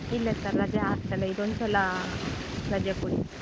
ಇಲ್ಲ ಸರ್ ರಜೆ ಹಾಕ್ಸಲ್ಲ ಇದೊಂದ್ಸಲ ರಜೆ ಕೊಡಿ